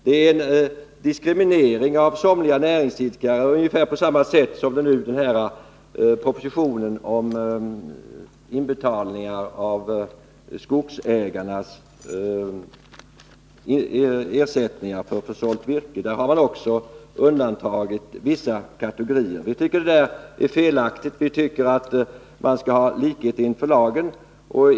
Det är en diskriminering av somliga näringsidkare ungefär på samma sätt som är fallet med propositionen om inbetalning av skogsägares ersättning för försålt virke. Även där har man undantagit vissa kategorier skogsägare. Vi tycker att detta är felaktigt och att det skall råda likhet inför lagen.